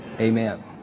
Amen